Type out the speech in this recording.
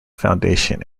foundation